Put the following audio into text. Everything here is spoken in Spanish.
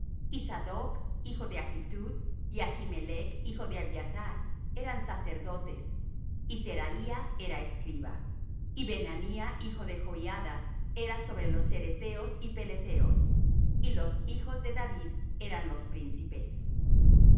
sadoc hijo de ahitud y ahimelech hijo de abiathar eran sacerdotes y seraía era escriba y benahía hijo de joiada era sobre los ceretheos y peletheos y los hijos de david eran los príncipes